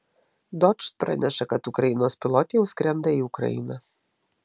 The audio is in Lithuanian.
dožd praneša kad ukrainos pilotė jau skrenda į ukrainą